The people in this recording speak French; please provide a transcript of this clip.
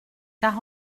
car